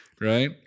Right